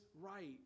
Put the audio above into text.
right